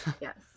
Yes